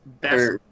best